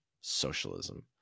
socialism